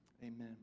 Amen